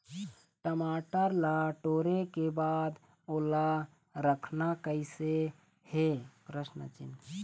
टमाटर ला टोरे के बाद ओला रखना कइसे हे?